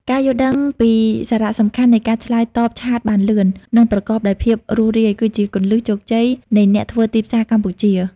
ការយល់ដឹងពីសារៈសំខាន់នៃការឆ្លើយតបឆាតបានលឿន និងប្រកបដោយភាពរស់រាយ គឺជាគន្លឹះជោគជ័យនៃអ្នកធ្វើទីផ្សារកម្ពុជា។